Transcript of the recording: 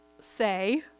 say